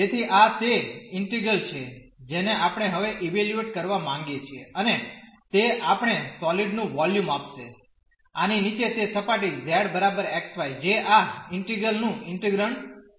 તેથી આ તે ઇન્ટિગ્રલ છે જેને આપણે હવે ઈવેલ્યુએટ કરવા માગીએ છીએ અને તે આપણને સોલીડ નું વોલ્યુમ આપશે આની નીચે તે સપાટી z બરાબર xy જે આ ઇન્ટિગ્રલ નું ઇન્ટીગ્રન્ડ છે